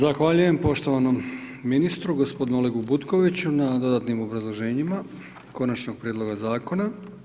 Zahvaljujem poštovanom ministru, gospodinu Olegu Butkoviću na dodatnim obrazloženjima konačnog prijedloga zakona.